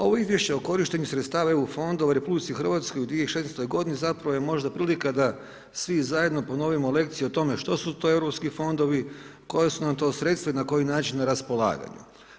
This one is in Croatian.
Ovo izvješće o korištenju sredstava EU fondova u RH u 2016. godini zapravo je možda prilika da svi zajedno ponovimo lekciju o tome što su to europski fondovi, koja su nam to sredstva i na koji način raspolaganju.